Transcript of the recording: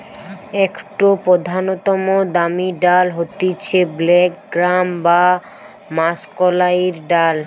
একটো প্রধানতম দামি ডাল হতিছে ব্ল্যাক গ্রাম বা মাষকলাইর ডাল